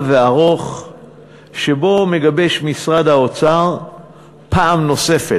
וארוך שבו מגבש משרד האוצר פעם נוספת,